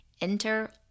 Enter